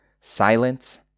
Silence